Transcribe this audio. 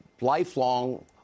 lifelong